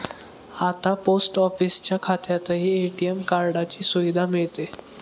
आता पोस्ट ऑफिसच्या खात्यातही ए.टी.एम कार्डाची सुविधा मिळते